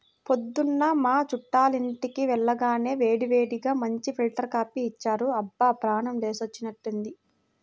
పొద్దున్న మా చుట్టాలింటికి వెళ్లగానే వేడివేడిగా మంచి ఫిల్టర్ కాపీ ఇచ్చారు, అబ్బా ప్రాణం లేచినట్లైంది